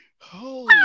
Holy